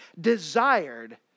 desired